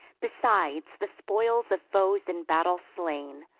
besides, the spoils of foes in battle slain,